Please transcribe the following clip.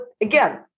again